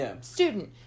student